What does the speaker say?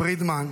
יסמין פרידמן,